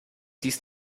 dies